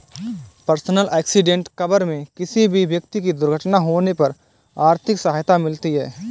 personal accident cover में किसी भी व्यक्ति की दुर्घटना होने पर आर्थिक सहायता मिलती है